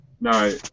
No